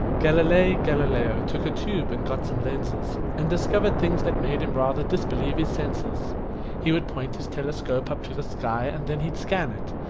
galilei galileo took a tube and got some lenses and discovered things that made him rather disbelieve his senses he would point his telescope up to the sky and then he'd scan it,